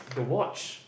the watch